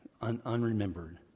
unremembered